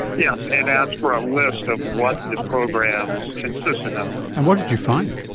yes, and asked for a list of what the programs consisted of. and what did you find?